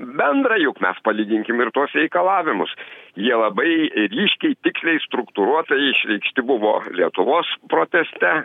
bendra juk mes palyginkim ir tuos reikalavimus jie labai ryškiai tiksliai struktūruotai išreikšti buvo lietuvos proteste